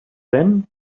then